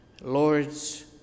Lord's